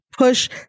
Push